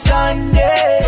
Sunday